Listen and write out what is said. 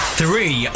three